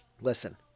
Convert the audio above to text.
listen